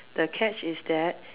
the catch is that